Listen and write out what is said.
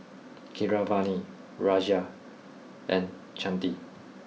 Keeravani Razia and Chandi